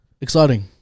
Exciting